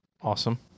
Awesome